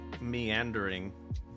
meandering